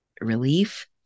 relief